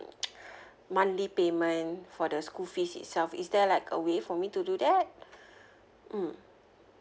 monthly payment for the school fees itself is there like a way for me to do that mm